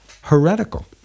heretical